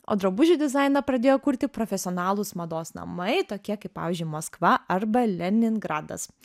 o drabužių dizainą pradėjo kurti profesionalūs mados namai tokie kaip pavyzdžiui maskva arba leningradas